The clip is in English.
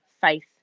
faith